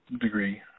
degree